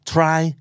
Try